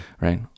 Right